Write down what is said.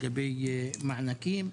לגבי מענקים,